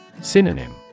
Synonym